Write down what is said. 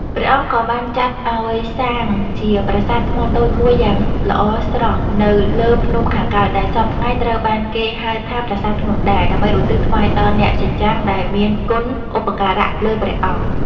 ព្រះអង្គក៏បានចាត់ឲ្យសាងជាប្រាសាទថ្មតូចមួយយ៉ាងល្អស្រស់នៅលើភ្នំខាងកើត ដែលសព្វថ្ងៃត្រូវបានគេហៅថាប្រាសាទភ្នំដា ដើម្បីឧទ្ទិសថ្វាយដល់អ្នកសច្ចំ ដែលមានគុណឧបការៈលើព្រះអង្គ។